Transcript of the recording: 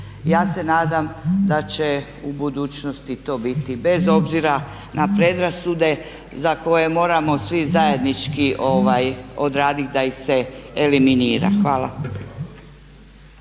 Ja se nadam da će u budućnosti to biti bez obzira na predrasude za koje moramo svi zajednički odraditi da ih se eliminira. Hvala.